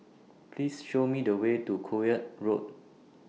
Please Show Me The Way to Koek Road